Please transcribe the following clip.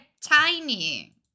tiny